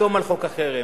לחתום על חוק החרם,